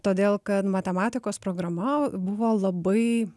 todėl kad matematikos programa buvo labai